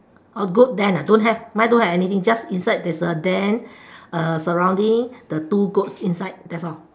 a goat den ah don't have mine don't have anything just inside there is a den uh surrounding the two goats inside that's all